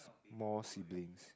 more siblings